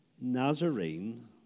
Nazarene